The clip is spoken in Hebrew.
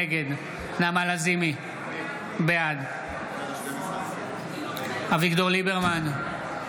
נגד נעמה לזימי, בעד אביגדור ליברמן, אינו נוכח